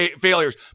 failures